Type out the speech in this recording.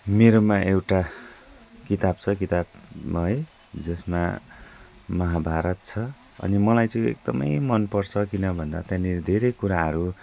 मेरोमा एउटा किताब छ किताबमा है जसमा महाभारत छ अनि मलाई चाहिँ यो एकदमै मनपर्छ किन भन्दा त्यहाँनिर धेरै कुराहरू